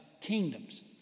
kingdoms